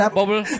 Bubble